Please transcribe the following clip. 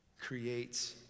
creates